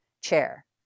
chair